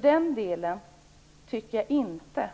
Den delen tycker jag således inte